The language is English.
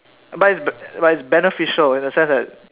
but it's b~ but it's beneficial in the sense that